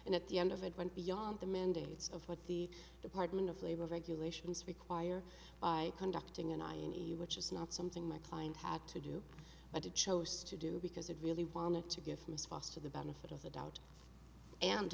and at the end of it went beyond the mandates of what the department of labor regulations require by conducting an i and a which is not something my client had to do but to chose to do because it really wanted to give miss foster the benefit of the doubt and